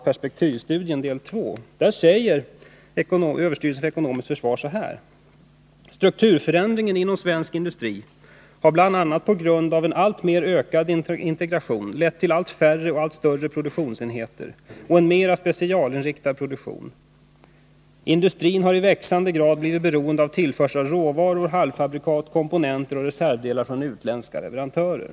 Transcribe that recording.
I perspektivstudien, del 2, uttalar ÖEF bl.a. följande: ”Strukturförändringen inom svensk industri har bl.a. på grund av en alltmer ökande integration lett till allt färre och större produktionsenheter och en mera specialinriktad produktion. Industrin har i växande grad blivit beroende av tillförsel av råvaror, halvfabrikat, komponenter och reservdelar från utländska leverantörer.